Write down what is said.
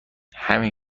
همین